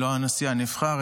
לא הנשיא הנבחר,